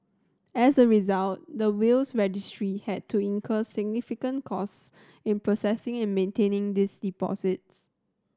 as a result the Wills Registry had to incur significant cost in processing and maintaining these deposits